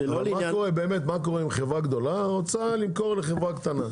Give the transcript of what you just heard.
אבל מה קורה אם חברה גדולה רוצה למכור לחברה קטנה?